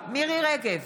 מירי מרים רגב,